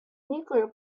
nuclear